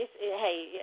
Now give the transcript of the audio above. hey